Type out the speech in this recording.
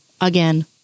again